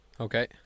Okay